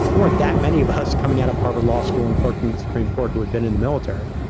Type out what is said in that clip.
there weren't that many of us coming out of harvard law school and clerking the supreme court who had been in the military.